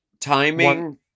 Timing